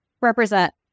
represent